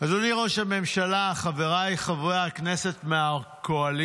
אדוני ראש הממשלה, חבריי חברי הכנסת מהקואליציה,